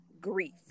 grief